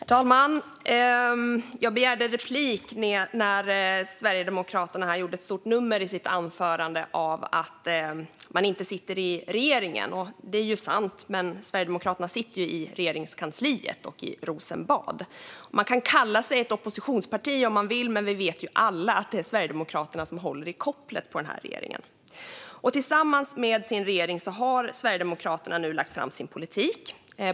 Herr talman! Jag begärde replik när sverigedemokraten gjorde ett stort nummer i sitt anförande av att man inte sitter i regeringen. Det är ju sant, men Sverigedemokraterna sitter i Regeringskansliet och i Rosenbad. Man kan kalla sig ett oppositionsparti om man vill, men vi vet alla att det är Sverigedemokraterna som håller i kopplet på den här regeringen. Tillsammans med sin regering har Sverigedemokraterna nu lagt fram sin politik.